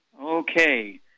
Okay